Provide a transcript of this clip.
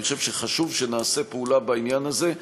אני חושב שחשוב שנעשה פעולה בעניין הזה.